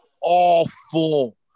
awful